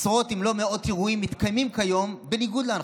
עשרות אם לא מאות אירועים מתקיימים כיום בניגוד להנחיות.